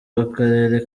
w’akarere